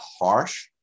harsh